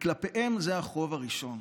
וכלפיהם זה החוב הראשון.